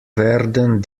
werden